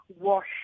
wash